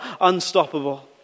unstoppable